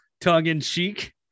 tongue-in-cheek